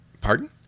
Pardon